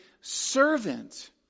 servant